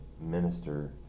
minister